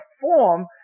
form